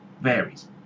varies